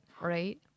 right